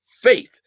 faith